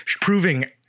proving